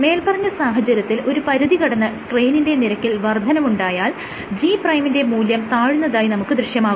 മേല്പറഞ്ഞ സാഹചര്യത്തിൽ ഒരു പരിധി കടന്ന് സ്ട്രെയിനിന്റെ നിരക്കിൽ വർദ്ധനവുണ്ടായാൽ G' ന്റെ മൂല്യം താഴുന്നതായി നമുക്ക് ദൃശ്യമാകുന്നു